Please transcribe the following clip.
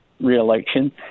reelection